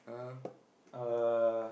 uh